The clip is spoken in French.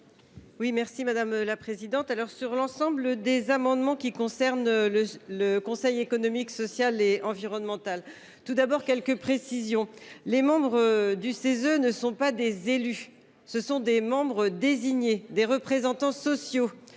Oui merci madame la présidente. À l'heure sur l'ensemble des amendements qui concerne le le Conseil économique, social et environnemental. Tout d'abord quelques précisions. Les membres du CESE ne sont pas des élus. Ce sont des membres désigner des représentants sociaux